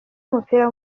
w’umupira